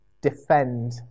defend